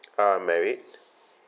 uh married